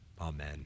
Amen